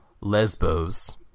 Lesbos